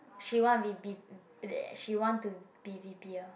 she want V_B she want to be V_P ah